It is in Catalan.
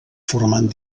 formant